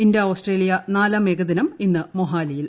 India Australia നാലാം ഏകദിനം ഇന്ന് മൊഹാലിയിൽ